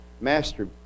master